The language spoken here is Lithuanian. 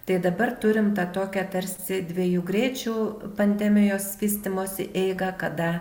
tai dabar turim tą tokią tarsi dviejų greičių pandemijos vystymosi eigą kada